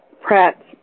Pratt